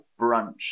brunch